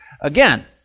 again